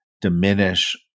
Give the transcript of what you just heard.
diminish